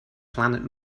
planet